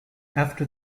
after